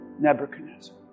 Nebuchadnezzar